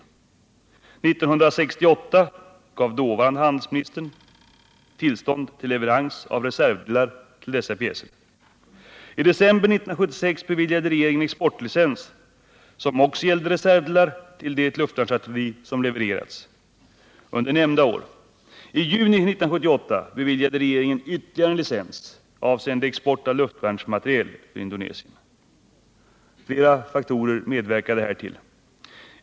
1968 gav dåvarande handelsministern tillstånd till leverans av reservdelar till dessa pjäser. I december 1976 beviljade regeringen exportlicens som också Flera faktorer medverkade härtill.